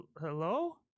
Hello